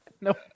Nope